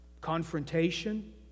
confrontation